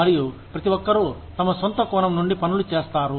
మరియు ప్రతి ఒక్కరూ తమ సొంత కోణం నుండి పనులు చేస్తారు